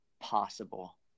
possible